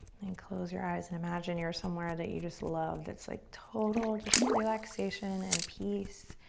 and close your eyes and imagine you're somewhere that you just love that's like total just relaxation and peace,